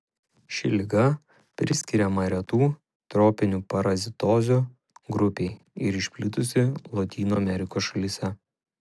ši liga priskiriama retų tropinių parazitozių grupei ir išplitusi lotynų amerikos šalyse